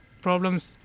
problems